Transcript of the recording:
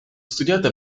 studiato